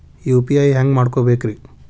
UPI ಹ್ಯಾಂಗ ಮಾಡ್ಕೊಬೇಕ್ರಿ?